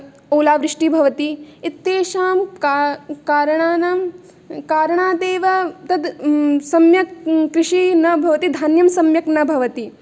ओलावृष्टिः भवति इत्येषां कार् कारणानां कारणादेव तद् सम्यक् कृषिः न भवति धान्यं सम्यक् न भवति